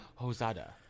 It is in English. Hosada